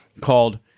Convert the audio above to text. called